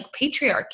patriarchy